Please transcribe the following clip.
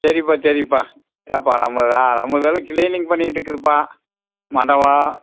சரிப்பா சரிப்பா ஏன்ப்பா நம்பளுதா நம்பளுதெல்லாம் க்ளீனிங் பண்ணிட்டு இருக்குதுப்பா மண்டபம்